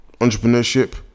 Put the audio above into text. entrepreneurship